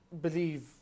believe